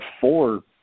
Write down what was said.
four